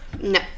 No